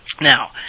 Now